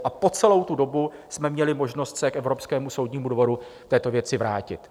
A po celou tu dobu jsme měli možnost se k Evropskému soudnímu dvoru v této věci vrátit.